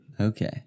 okay